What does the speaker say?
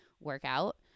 workout